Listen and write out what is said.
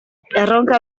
erronka